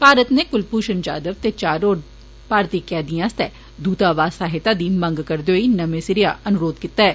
भारत नै कुलभूषण जाघव ते चार होर भारतीय कैदिए आस्तै दूतावास सहायता दी मंग कदे होई नमें सिरेआ अनुरोघ कीता ऐ